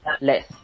less